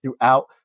throughout